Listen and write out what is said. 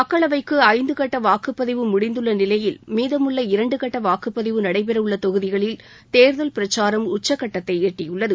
மக்களவைக்கு ஐந்து கட்ட வாக்குப்பதிவு முடிந்துள்ள நிலையில் மீதமுள்ள இரண்டுகட்ட வாக்குப்பதிவு நடைபெறவுள்ள தொகுதிகளில் தேர்தல் பிரச்சாரம் உச்சகட்டத்தை எட்டியுள்ளது